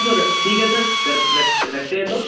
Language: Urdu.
تو ٹھیک ہے سر رکھ رکھتے ہیں تو